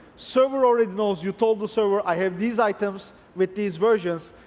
server already knows you told the server i have these items with these versions.